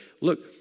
look